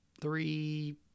three